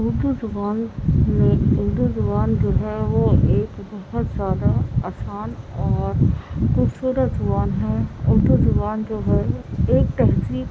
اردو زبان میری اردو زبان جو ہے وہ ایک بہت زیادہ آسان اور خوبصورت زبان ہے اردو زبان جو ہے ایک تہذیب